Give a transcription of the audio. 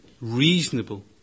reasonable